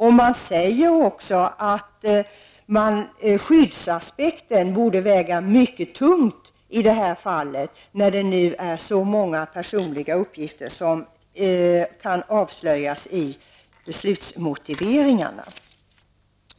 Man säger också att skyddsaspekten borde väga mycket tungt när så många personliga uppgifter nu kan avslöjas i beslutsmotiveringarna. Det